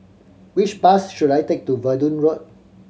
which bus should I take to Verdun Road